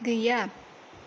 गैया